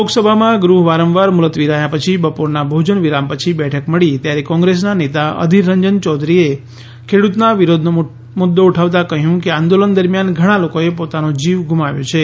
લોકસભામાં ગૃહની વારંવાર મુલતવી રહ્યા પછી બપોરના ભોજન વિરામ પછી બેઠક મળી ત્યારે કોંગ્રેસના નેતા અધિર રંજન યૌધરીએ ખેડૂતોના વિરોધનો મુદ્દો ઉઠાવતાં કહ્યું કે આંદોલન દરમિયાન ઘણા લોકોએ પોતાનો જીવ ગુમાવ્યો છે